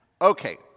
Okay